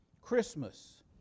Christmas